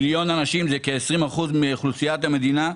מיליון אנשים מהווים כ-20 אחוזים מאוכלוסיית המדינה,